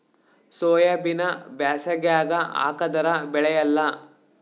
ಸೋಯಾಬಿನ ಬ್ಯಾಸಗ್ಯಾಗ ಹಾಕದರ ಬೆಳಿಯಲ್ಲಾ?